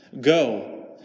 go